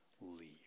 Leave